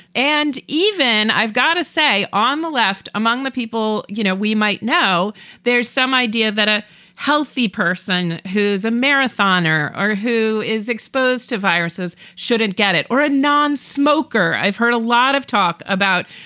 and even i've got to say, on the left, among the people, you know, we might know there's some idea that a healthy person who's a marathoner or who is exposed to viruses shouldn't get it or a nonsmoker. i've heard a lot of talk. about,